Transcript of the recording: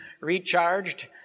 recharged